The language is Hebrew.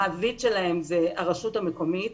המעביד שלהם זאת הרשות המקומית.